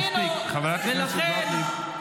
ולכן --- הם ידעו, וגם הצלם שלהם החזיק חטופים.